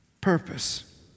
purpose